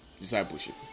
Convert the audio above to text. discipleship